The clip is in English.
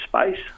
space